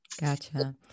gotcha